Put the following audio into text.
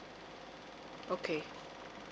okay